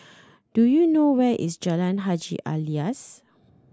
do you know where is Jalan Haji Alias